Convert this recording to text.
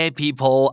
people